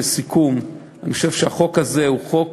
לסיכום, אני חושב שהחוק הזה הוא חוק